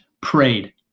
prayed